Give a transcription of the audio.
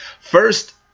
First